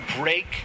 break